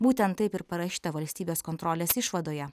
būtent taip ir parašyta valstybės kontrolės išvadoje